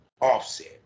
offset